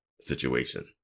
situation